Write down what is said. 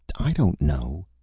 i don't know!